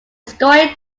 story